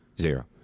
zero